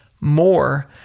more